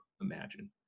imagine